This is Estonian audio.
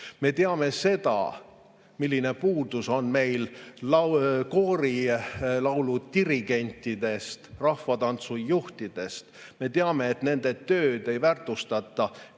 Me teame seda, milline puudus on meil kooridirigentidest, rahvatantsujuhtidest, me teame, et nende tööd ei väärtustata